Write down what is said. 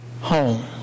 home